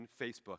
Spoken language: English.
Facebook